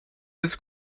this